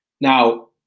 Now